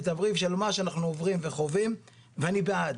את הבריף של מה שאנחנו עוברים וחווים ואני בעד,